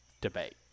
debate